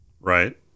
Right